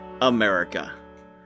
America